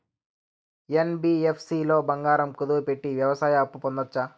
NBFC లో బంగారం కుదువు పెట్టి వ్యవసాయ అప్పు పొందొచ్చా?